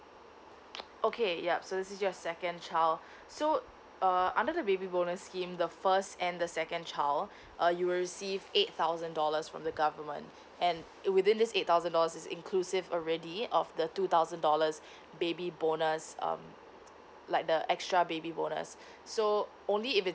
okay yup so this is your second child so uh under the baby bonus scheme the first and the second child uh you will receive eight thousand dollars from the government and it within this eight thousand dollars is inclusive already of the two thousand dollars baby bonus um like the extra baby bonus so only if it's